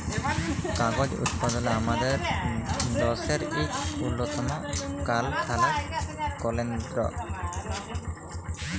কাগজ উৎপাদলে আমাদের দ্যাশের ইক উল্লতম কারখালা কেলদ্র